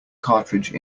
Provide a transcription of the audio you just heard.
cartridge